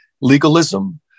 legalism